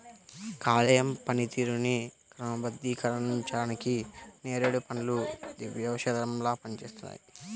కాలేయం పనితీరుని క్రమబద్ధీకరించడానికి నేరేడు పండ్లు దివ్యౌషధంలా పనిచేస్తాయి